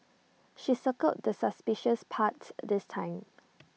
she circled the suspicious parts this time